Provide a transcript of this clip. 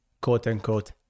quote-unquote